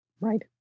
Right